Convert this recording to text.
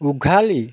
উঘালি